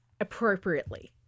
appropriately